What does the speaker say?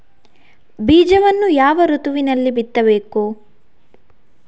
ಬೀಜವನ್ನು ಯಾವ ಋತುವಿನಲ್ಲಿ ಬಿತ್ತಬೇಕು?